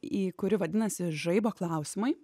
į kuri vadinasi žaibo klausimai